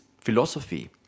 philosophy